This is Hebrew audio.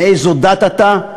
מאיזו דת אתה,